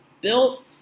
built